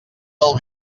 del